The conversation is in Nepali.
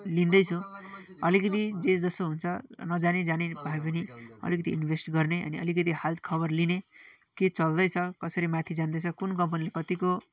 लिँदैछु अलिकति जे जस्तो हुन्छ नजानी जानी भए पनि अलिकति इन्भेस्ट गर्ने अनि अलिकिति हालखबर लिने के चल्दैछ कसरी माथि जाँदैछ कुन कम्पनीले कतिको